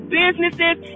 businesses